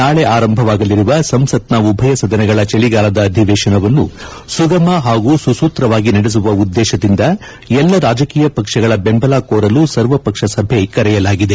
ನಾಳೆ ಆರಂಭವಾಗಲಿರುವ ಸಂಸತ್ನ ಉಭಯ ಸದನಗಳ ಚಳಿಗಾಲದ ಅಧಿವೇಶನವನ್ನು ಸುಗಮ ಹಾಗೂ ಸುಸೂತ್ರವಾಗಿ ನಡೆಸುವ ಉದ್ದೇಶದಿಂದ ಎಲ್ಲಾ ರಾಜಕೀಯ ಪಕ್ಷಗಳ ಬೆಂಬಲ ಕೋರಲು ಸರ್ವ ಪಕ್ಷ ಸಭೆ ಕರೆಯಲಾಗಿದೆ